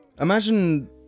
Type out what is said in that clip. Imagine